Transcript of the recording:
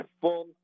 full